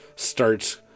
Starts